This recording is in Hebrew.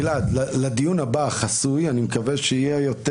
גלעד, לדיון הבא החסוי, אני מקווה שיהיה יותר